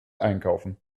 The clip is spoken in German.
einkaufen